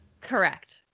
Correct